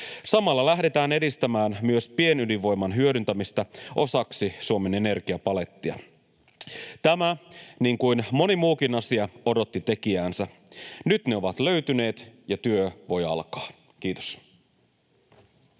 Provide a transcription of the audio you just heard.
Samalla lähdetään edistämään myös pienydinvoiman hyödyntämistä osaksi Suomen energiapalettia. Tämä, niin kuin moni muukin asia, odotti tekijäänsä. Nyt se on löytynyt, ja työ voi alkaa. — Kiitos.